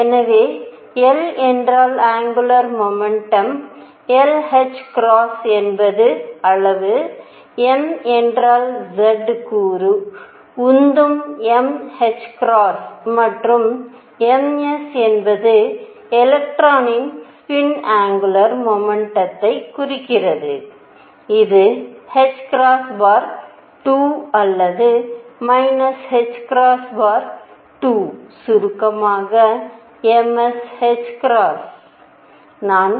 எனவே l என்றால் angular momentum l என்பது அளவு m என்றால் z கூறு உந்தம் m மற்றும் m s என்பது எலக்ட்ரானின் ஸ்பின் ஆங்குலர் முமெண்டம் குறிக்கிறது இது 2 அல்லது 2 சுருக்கமாக m s